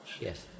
Yes